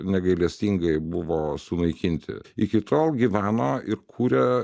negailestingai buvo sunaikinti iki tol gyvena ir kuria